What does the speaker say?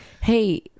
hey